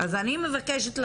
אנחנו רואים את זה גם כאן בטבלה.